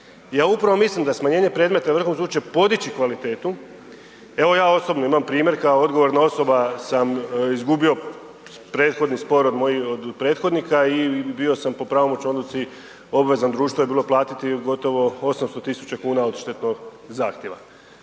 ja upravo mislim da smanjenje predmeta Vrhovnom sudu će podići kvalitetu, evo ja osobno imam primjer kao odgovorna osoba sam izgubio prethodni spor od mojih prethodnika i bio sam po pravomoćnoj odluci, obvezan, društvo je moralo platiti, gotovo 800 tisuća kuna, odštetu od zahtjeva.